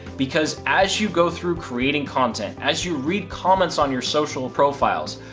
because as you grow through creating content, as you read comments on your social profiles,